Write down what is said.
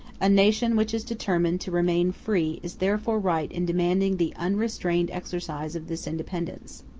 a nation which is determined to remain free is therefore right in demanding the unrestrained exercise of this independence.